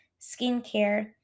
skincare